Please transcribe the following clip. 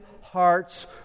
hearts